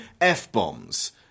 F-bombs